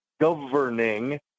governing